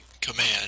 command